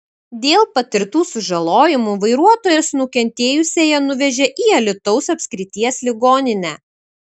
dėl patirtų sužalojimų vairuotojas nukentėjusiąją nuvežė į alytaus apskrities ligoninę